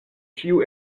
ĉiu